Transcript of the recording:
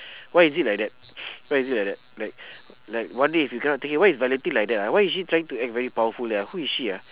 why is it like that why is it like that like like one day if you cannot take it why is valentine like that ah why is she trying to act very powerful ah who is she ah